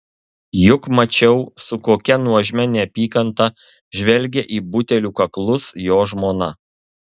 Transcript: juk mačiau su kokia nuožmia neapykanta žvelgia į butelių kaklus jo žmona